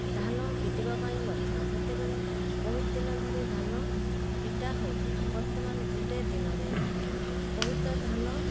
ଧାନ ପିଟିବା ପାଇଁ ମଧ୍ୟ ସେତେବେଳେ ବହୁତ ଦିନ ଧରି ଧାନ ପିଟା ହେଉଥିଲେ ବର୍ତ୍ତମାନ ଗୋଟିଏ ଦିନରେ ବହୁତ ଧାନ